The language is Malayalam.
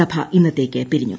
സഭ ഇന്ന്ത്തേക്ക് പിരിഞ്ഞു